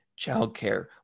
childcare